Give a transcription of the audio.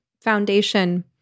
foundation